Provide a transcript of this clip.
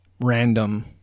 random